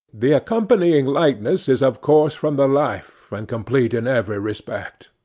the accompanying likeness is of course from the life, and complete in every respect.